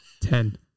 Ten